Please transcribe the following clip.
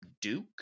Duke